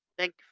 Thank